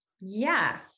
Yes